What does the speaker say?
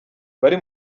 bari